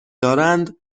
دارند